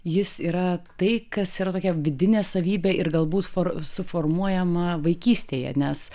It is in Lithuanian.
jis yra tai kas yra tokia vidinė savybė ir galbūt for suformuojama vaikystėje nes